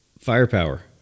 firepower